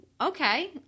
okay